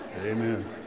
Amen